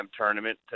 Tournament